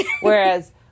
Whereas